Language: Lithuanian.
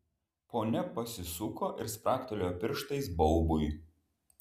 ponia pasisuko ir spragtelėjo pirštais baubui